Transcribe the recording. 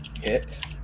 Hit